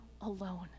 alone